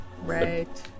Right